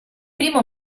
primo